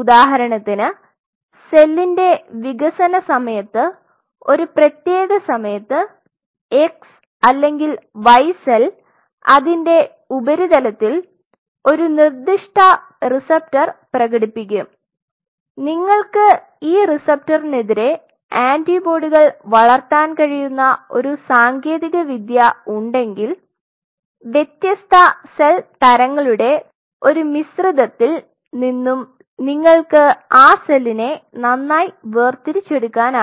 ഉദാഹരണത്തിന് സെല്ലിന്റെ വികസന സമയത്ത് ഒരു പ്രത്യേക സമയത്ത് x അല്ലെങ്കിൽ y സെൽ അതിന്റെ ഉപരിതലത്തിൽ ഒരു നിർദ്ദിഷ്ട റിസപ്റ്റർ പ്രകടിപ്പിക്കും നിങ്ങൾക്ക് ഈ റിസപ്റ്ററിനെതിരെ ആന്റിബോഡികൾ വളർത്താൻ കഴിയുന്ന ഒരു സാങ്കേതികവിദ്യ ഉണ്ടെങ്കിൽ വ്യത്യസ്ത സെൽ തരങ്ങളുടെ ഒരു മിശ്രിതത്തിൽ നിന്നും നിങ്ങൾക്ക് ആ സെൽനെ നന്നായി വേർതിരിചെടുക്കാനാകും